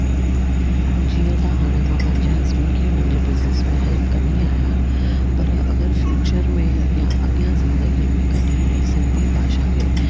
जीअं त हाणे मां पंहिंजे हसबैंड खे हुननि जे बिज़नेस में हेल्प कंदी आहियां पर अगरि फ्यूचर में या अॻियां ज़िंदगीअ में कॾहिं उहे सिंधी भाषा खे